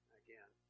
again